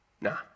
Nah